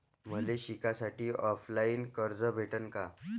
मले शिकासाठी ऑफलाईन कर्ज भेटन का?